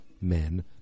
Men